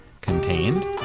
Contained